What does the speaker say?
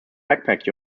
backpack